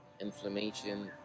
Inflammation